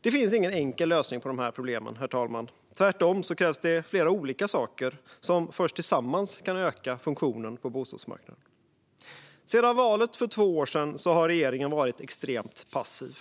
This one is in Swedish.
Det finns ingen enkel lösning på de här problemen, herr talman. Tvärtom krävs det flera olika saker som först tillsammans kan öka funktionen på bostadsmarknaden. Sedan valet för två år sedan har regeringen varit extremt passiv.